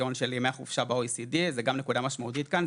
מהחציון של ימי החופשה ב-OECD זו גם נקודה משמעותית כאן.